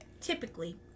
typically